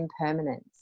impermanence